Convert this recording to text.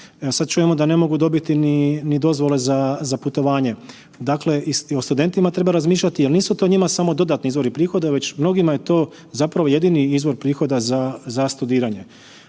sad čujemo da ne mogu dobiti ni dozvole za putovanje. Dakle, i o studentima treba razmišljati jer nisu to njima samo dodatni izvori prihoda jer mnogima je to jedini izvor prihoda za studiranje.